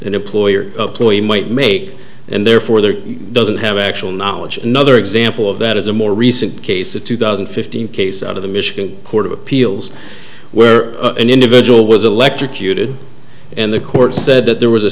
an employer ploy might make and therefore there doesn't have actual knowledge another example of that is a more recent case a two thousand and fifteen case out of the michigan court of appeals where an individual was electrocuted and the court said that there was a